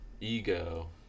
Ego